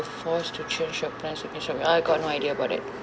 forced to change your plan against your will I got no idea about it